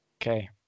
Okay